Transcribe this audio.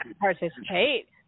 participate